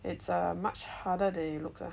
it's err much harder than it looks lah